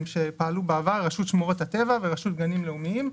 שפעלו בעבר - רשות שמורות הטבע ורשות גנים לאומיים.